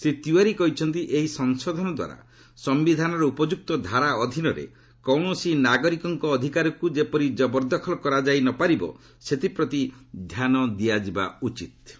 ଶ୍ରୀ ତିୱାରୀ କହିଛନ୍ତି ଏହି ସଂଶୋଧନ ଦ୍ୱାରା ସମ୍ଭିଧାନର ଉପଯ୍ୟକ୍ତ ଧାରା ଅଧୀନରେ କକିଣସି ନାଗରିକଙ୍କ ଅଧିକାରକୁ ଯେପରି ଜବରଦଖଲ କରାନଯାଇ ପାରିବ ସେଥିପ୍ରତି ଧ୍ୟାନ ଦିଆଯିବା ଉଚିତ୍ ଥିଲା